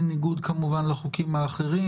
בניגוד כמובן לחוקים האחרים,